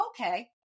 okay